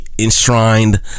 enshrined